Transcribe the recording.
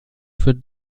für